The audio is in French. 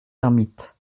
ermites